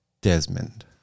Desmond